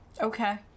Okay